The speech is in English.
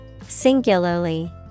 singularly